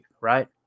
right